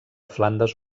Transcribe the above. flandes